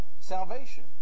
salvation